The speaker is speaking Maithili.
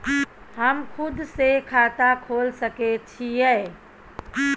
हम खुद से खाता खोल सके छीयै?